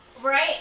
Right